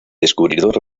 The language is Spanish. descubridor